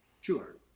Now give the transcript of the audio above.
Sure